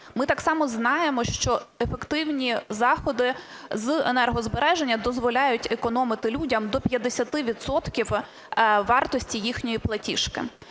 Ми так само знаємо, що ефективні заходи з енергозбереження дозволяють економити людям до 50 відсотків вартості їхньої платіжки.